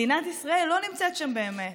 מדינת ישראל, לא נמצאת שם באמת.